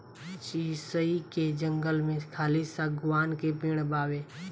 शीशइ के जंगल में खाली शागवान के पेड़ बावे